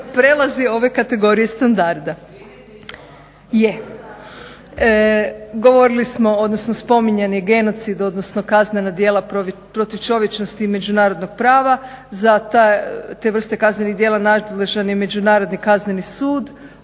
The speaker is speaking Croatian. prelazi ove kategorije standarda.